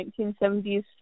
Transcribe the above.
1970s